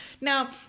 Now